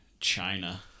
China